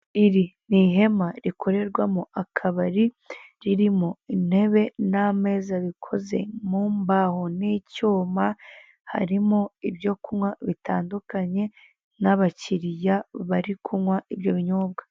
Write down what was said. Iri ni ihema rikorerwamo akabari ririmo intebe n'ameza bikoze mu mbaho n'icyuma. Harimo ibyo kunywa bitandukanye n'abakiriya bari kunywa ibyo binyobwa.